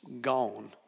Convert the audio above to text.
gone